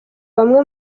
bamwe